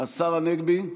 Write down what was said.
השר הנגבי?